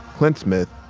clint smith,